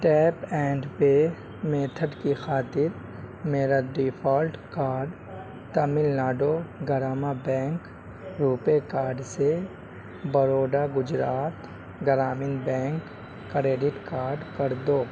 tape and pay method کی خاطر میرا default card Tamil Nadu Grama bank RuPay card سے Baroda Gujarat Gramin bank credit card کر دو